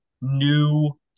new